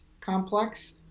complex